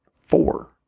four